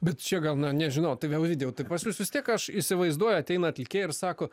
bet čia gal na nežinau tai ovidijau pas jus vis tiek aš įsivaizduoju ateina atlikėjai ir sako